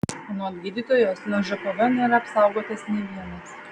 anot gydytojos nuo žpv nėra apsaugotas nė vienas